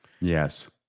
Yes